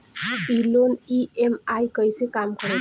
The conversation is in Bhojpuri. ई लोन ई.एम.आई कईसे काम करेला?